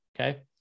okay